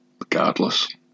regardless